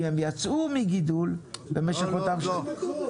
אם הם יצאו מהגידול במשך אותן שנתיים --- לא,